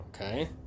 Okay